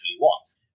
wants